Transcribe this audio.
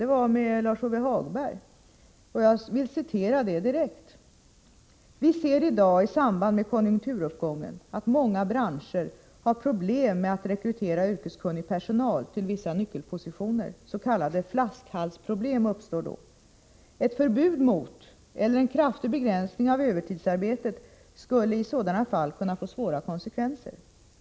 Jag sade där följande, som jag citerar direkt ur protokollet: ”Vi ser i dag i samband med konjunkturuppgången att många branscher har problem med att rekrytera yrkeskunnig personal till vissa nyckelpositioner. S.k. flaskhalsproblem uppstår då. Ett förbud mot eller en kraftig begränsning av övertidsarbetet skulle i sådana fall kunna få svåra konsekvenser.